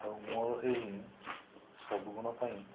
ଆଉ ମୋର ଏହିସବୁ ଗୁଣ ପାଇଁ